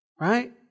right